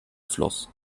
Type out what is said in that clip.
fluss